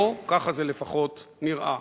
או ככה זה לפחות נראה.